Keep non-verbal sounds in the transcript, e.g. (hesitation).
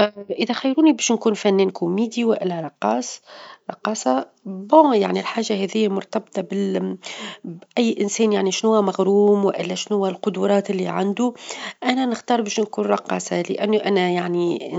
ا (hesitation) إذا خيروني باش نكون فنان كوميدي، والا -رقاص- رقاصة بالله يعني الحاجة هذي مرتبطة (hesitation) بأي إنسان يعني شنوا مغروم، والا شنوا القدرات اللي عنده، أنا نختار باش نكون رقاصة؛ لأنه أنا يعني